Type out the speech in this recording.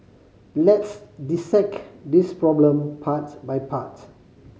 let's dissect this problem part by part